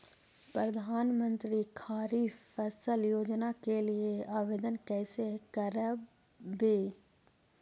प्रधानमंत्री खारिफ फ़सल योजना के लिए आवेदन कैसे करबइ?